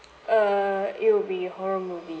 uh it will be horror movie